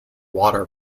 water